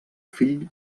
fill